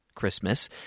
Christmas